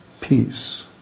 peace